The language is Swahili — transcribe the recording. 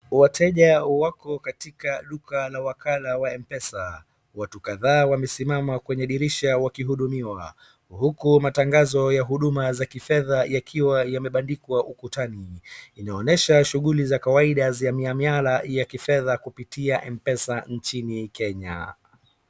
Wateja wako katika duka la wakala wa mpesa, watu kadhaa wamesimama kwenye dirisha wakihudumiwa huku matangazo ya huduma za kifedha yakiwa yamebandikwa ukutani. Inaonyesha shughuli za kawaida za miamala ya kifedha kupitia mpesa nchini Kenya.